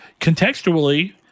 contextually